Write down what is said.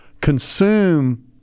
consume